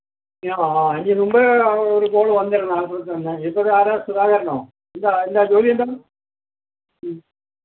എനിക്ക് മുൻപേ ഒരു കോൾ വന്നിരുന്നു ആലപ്പുഴക്കാരനാണ് ഇപ്പം ഇതാരാണ് സുധാകരനോ എന്താ എന്താ ജോലിയെന്താണ് ഉം